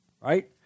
Right